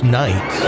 night